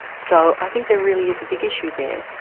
so i think there really is a big issue there.